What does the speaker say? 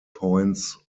points